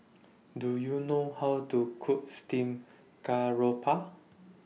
Do YOU know How to Cook Steamed Garoupa